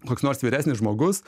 koks nors vyresnis žmogus